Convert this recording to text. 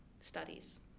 studies